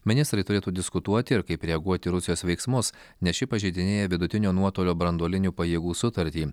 ministrai turėtų diskutuoti ir kaip reaguoti į rusijos veiksmus nes ši pažeidinėja vidutinio nuotolio branduolinių pajėgų sutartį